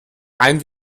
rein